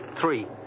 three